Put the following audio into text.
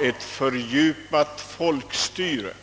ett fördjupat folkstyre.